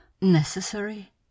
Necessary